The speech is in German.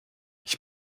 ich